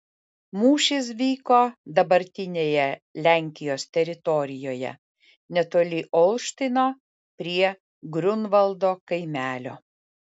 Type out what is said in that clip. mūšis vyko dabartinėje lenkijos teritorijoje netoli olštyno prie griunvaldo kaimelio